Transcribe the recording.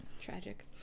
Tragic